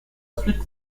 suite